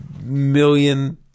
million